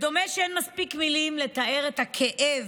דומה שאין מספיק מילים לתאר את הכאב,